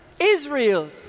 Israel